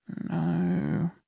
No